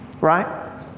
Right